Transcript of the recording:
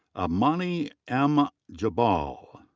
amani m. jabal.